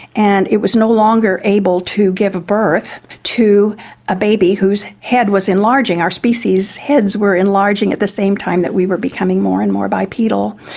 and it was no longer able to give birth to a baby whose head was enlarging. our species' heads were enlarging at the same time that we were becoming more and more bipedal.